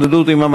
לצערי,